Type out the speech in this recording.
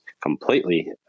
completely